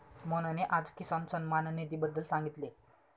मोहनने आज किसान सन्मान निधीबद्दल सांगितले